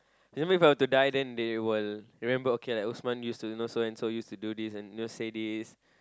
for example If I were to die then they will remember okay like Osman use to know so and so use to do this and you know say this